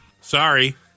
Sorry